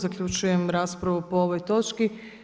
Zaključujem raspravu po ovoj točki.